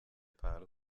pâle